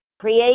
Create